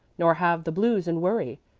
nor have the blues and worry,